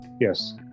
yes